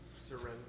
Surrender